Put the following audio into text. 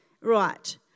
Right